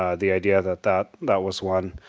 ah the idea that that that was one,